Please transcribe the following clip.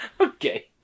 Okay